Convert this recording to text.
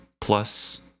plus